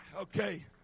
Okay